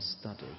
study